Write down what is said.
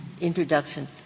introduction